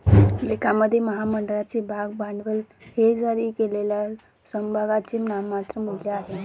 लेखामध्ये, महामंडळाचे भाग भांडवल हे जारी केलेल्या समभागांचे नाममात्र मूल्य आहे